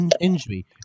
injury